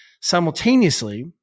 Simultaneously